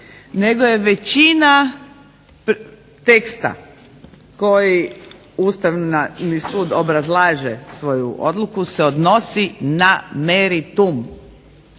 nego je većina teksta koji Ustavni sud obrazlaže svoju odluku se odnosi na meritum.